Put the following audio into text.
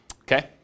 okay